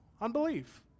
unbelief